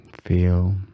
Feel